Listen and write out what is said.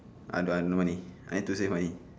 I got no money I need to save money